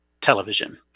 television